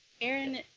Aaron